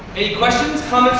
any questions, comments,